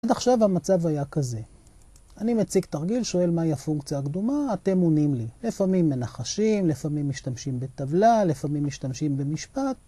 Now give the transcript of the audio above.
עד עכשיו המצב היה כזה, אני מציג תרגיל, שואל מהי הפונקציה הקדומה, אתם עונים לי, לפעמים מנחשים, לפעמים משתמשים בטבלה, לפעמים משתמשים במשפט...